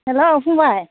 hello फंबाय